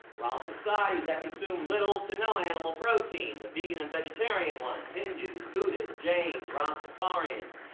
while societies that consume little to no animal protein, the vegan and vegetarian ones, hindus, buddhists, jains, rastafarians,